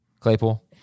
Claypool